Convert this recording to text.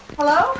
Hello